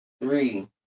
three